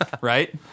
Right